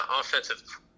offensive